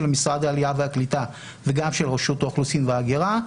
משרד העלייה והקליטה וגם של רשות האוכלוסין וההגירה,